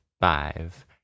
five